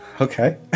Okay